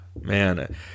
man